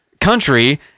country